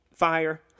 fire